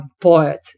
poet